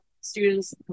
students